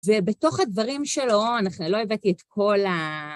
ובתוך הדברים שלו, אנחנו... לא הבאתי את כל ה...